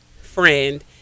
friend